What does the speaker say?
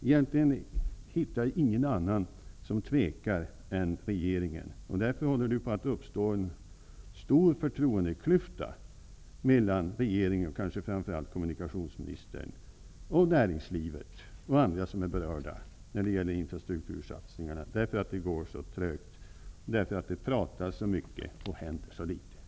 Det är egentligen ingen annan än regeringen som tvekar. Det håller på att uppstå en stor förtroendeklyfta mellan regeringen, framför allt kommunikationsministern, och näringslivet samt andra som är berörda av infrastruktursatsningarna, därför att det går så trögt och därför att det pratas så mycket och händer så litet.